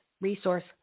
resource